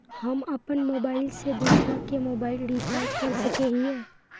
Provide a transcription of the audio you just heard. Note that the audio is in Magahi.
हम अपन मोबाईल से दूसरा के मोबाईल रिचार्ज कर सके हिये?